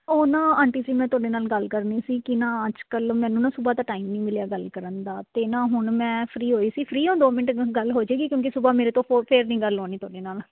ਉਹ ਨਾ ਆਂਟੀ ਜੀ ਮੈਂ ਤੁਹਾਡੇ ਨਾਲ ਗੱਲ ਕਰਨੀ ਸੀ ਕਿ ਨਾ ਅੱਜ ਕੱਲ੍ਹ ਮੈਨੂੰ ਨਾ ਸੂਬਹਾ ਤਾਂ ਟਾਈਮ ਨਹੀਂ ਮਿਲਿਆ ਗੱਲ ਕਰਨ ਦਾ ਅਤੇ ਨਾ ਹੁਣ ਮੈਂ ਫ੍ਰੀ ਹੋਈ ਸੀ ਫ੍ਰੀ ਹੋ ਦੋ ਮਿੰਟ ਗੱਲ ਹੋ ਜਾਏਗੀ ਕਿਉਂਕਿ ਸੂਬਹ ਮੇਰੇ ਤੋਂ ਫੇਰ ਫਿਰ ਨਹੀਂ ਗੱਲ ਹੋਣੀ ਤੁਹਾਡੇ ਨਾਲ